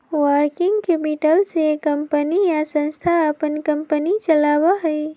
working capital से company या संस्था अपन कंपनी चलावा हई